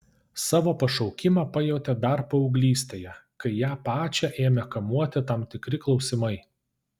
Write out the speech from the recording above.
savo pašaukimą pajautė dar paauglystėje kai ją pačią ėmė kamuoti tam tikri klausimai